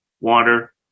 water